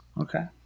okay